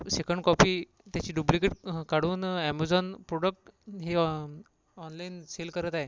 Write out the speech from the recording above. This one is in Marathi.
सेकंड कॉपी त्याची डुप्लिकेट काढून अॅमेझॉन प्रोडक्ट हे ऑनलाईन सेल करत आहे